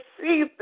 see